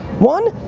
one,